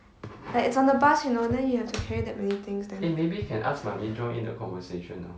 like it's on the bus you know then you have to carry that many things then